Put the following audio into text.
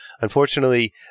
Unfortunately